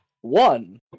One